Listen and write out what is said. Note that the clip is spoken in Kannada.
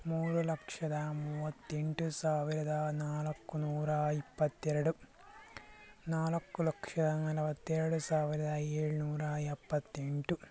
ಮೂರು ಲಕ್ಷದ ಮೂವತ್ತೆಂಟು ಸಾವಿರದ ನಾಲ್ಕು ನೂರ ಇಪ್ಪತ್ತೆರಡು ನಾಲ್ಕು ಲಕ್ಷ ನಲ್ವತ್ತೆರಡು ಸಾವಿರದ ಏಳ್ನೂರ ಎಪ್ಪತ್ತೆಂಟು